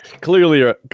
clearly